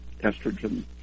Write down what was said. estrogen